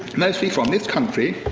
mostly from this country,